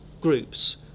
groups